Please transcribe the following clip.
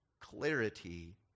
clarity